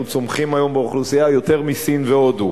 אנחנו צומחים היום באוכלוסייה יותר מסין והודו.